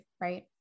right